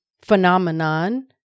phenomenon